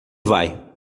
vai